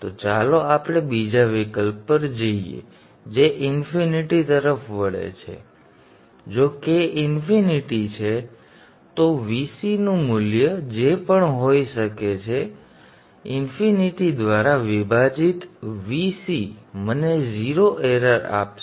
તો ચાલો આપણે બીજા વિકલ્પ પર જઈએ જે ઇન્ફિનિટી તરફ વળે છે જો k ઇન્ફિનિટી છે તો Vc નું મૂલ્ય જે પણ હોઈ શકે છે ઇન્ફિનિટી દ્વારા વિભાજિત Vc મને 0 એરર આપશે